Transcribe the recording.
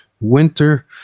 Winter